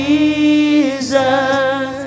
Jesus